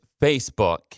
Facebook